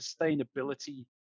sustainability